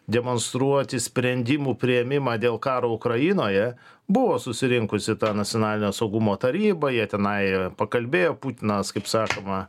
demonstruoti sprendimų priėmimą dėl karo ukrainoje buvo susirinkusi ta nacionalinio saugumo taryba jie tenai pakalbėjo putinas kaip sakoma